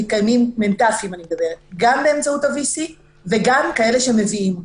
שמתקיימים גם באמצעות ה-VC וגם כאלה שמביאים.